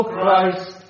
Christ